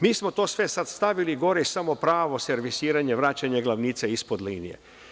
Mi smo to sve sada stavili gore i samo pravo servisiranje, vraćanje glavnica ispod linije.